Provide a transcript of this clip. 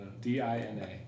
D-I-N-A